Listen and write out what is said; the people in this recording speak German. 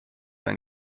ein